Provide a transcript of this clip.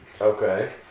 Okay